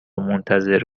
منتظر